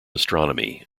astronomy